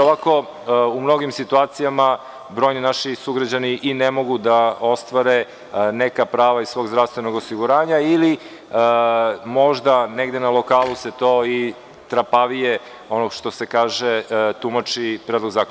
Ovako u mnogim situacijama brojni naši sugrađani i ne mogu da ostvare neka prava iz svog zdravstvenog osiguranja ili možda negde na lokalu se to i trapavije, ono što se kaže, tumači Predlog zakona.